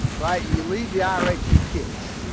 right? you leave the ira to your kids,